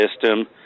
system